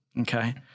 Okay